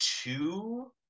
two